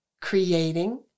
creating